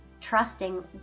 trusting